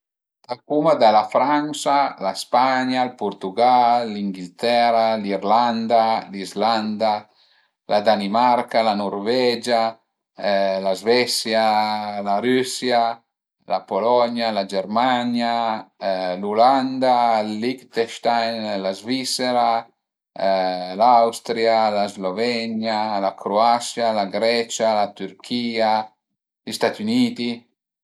Tacuma da la Fransa, la Spagna, ël Portügal, l'Inghiltera, l'Irlanda, l'Islanda, la Danimarca, la Nurvegia, la Polonia, la Germania, l'Ulanda, ël Liechtenstein, la Svisera, l'Austria, la Slovenia, la Cruasia, la Grecia, la Türchìa, gli Stati Uniti